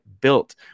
built